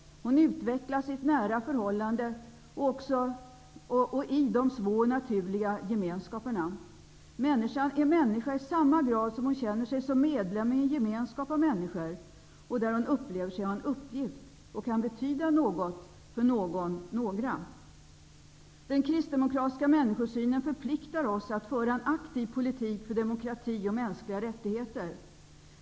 Hon utvecklas i ett nära förhållande till de små och naturliga gemenskaperna. Människan är människa i samma grad som hon är medlem i en gemenskap av människor där hon upplever sig ha en uppgift och kan betyda något för någon eller några. Den kristdemokratiska människosynen förpliktar oss därför att föra en aktiv politik för demokrati och mänskliga rättigheter.